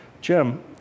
Jim